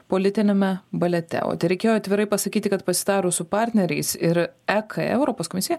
politiniame balete o tereikėjo atvirai pasakyti kad pasitarus su partneriais ir ek europos komisija